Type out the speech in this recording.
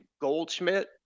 Goldschmidt